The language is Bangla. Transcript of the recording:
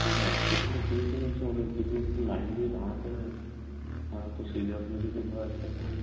কিন্তু হসপিটালে গেলে শুনেছি অনেক দীর্ঘক্ষণ লাইন দিয়ে দাঁড়াতে হয় তো সেইরকম যদি হয় তখন